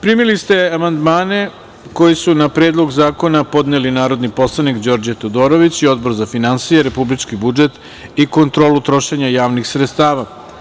Primili ste amandmane koji su na Predlog zakona podneli narodni poslanici Đorđe Todorović i Odbor za finansije, republički budžet i kontrolu trošenja javnih sredstava.